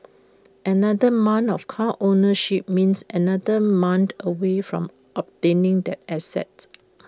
another month of car ownership means another month away from obtaining that asset